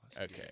Okay